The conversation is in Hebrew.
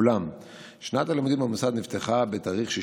אולם שנת הלימודים במוסד נפתחה בתאריך 6